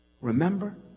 Remember